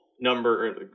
number